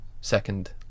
second